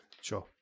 Sure